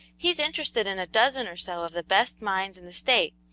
he's interested in a dozen or so of the best mines in the state,